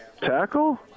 Tackle